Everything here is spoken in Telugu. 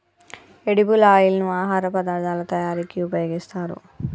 ఎడిబుల్ ఆయిల్ ను ఆహార పదార్ధాల తయారీకి ఉపయోగిస్తారు